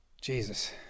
Jesus